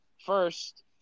First